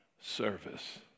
service